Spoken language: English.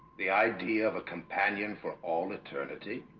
the idea of a companion for all eternity